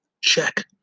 check